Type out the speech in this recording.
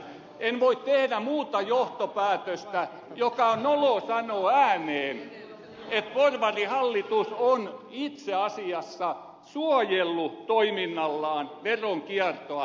en voi tehdä muuta johtopäätöstä mikä on noloa sanoa ääneen että porvarihallitus on itse asiassa suojellut toiminnallaan veronkiertoa